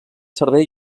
servei